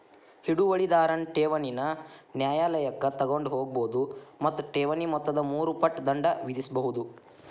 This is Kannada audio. ಹಿಡುವಳಿದಾರನ್ ಠೇವಣಿನ ನ್ಯಾಯಾಲಯಕ್ಕ ತಗೊಂಡ್ ಹೋಗ್ಬೋದು ಮತ್ತ ಠೇವಣಿ ಮೊತ್ತದ ಮೂರು ಪಟ್ ದಂಡ ವಿಧಿಸ್ಬಹುದು